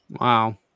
Wow